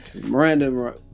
Miranda